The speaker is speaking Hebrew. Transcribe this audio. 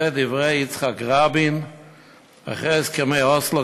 אלה דברי יצחק רבין אחרי הסכמי אוסלו,